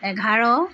এঘাৰ